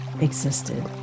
existed